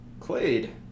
Clade